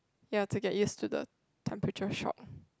ya to get used to the temperature shock